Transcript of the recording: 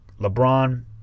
LeBron